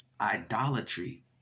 idolatry